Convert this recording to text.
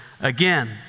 again